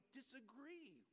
disagree